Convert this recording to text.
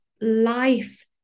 life